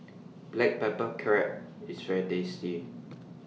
Black Pepper Crab IS very tasty